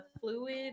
fluid